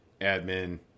admin